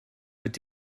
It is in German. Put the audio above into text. mit